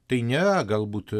tai nėra galbūt